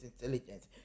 intelligence